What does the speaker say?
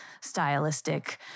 stylistic